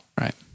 Right